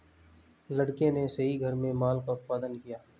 लड़के ने सही घर में माल का उत्पादन किया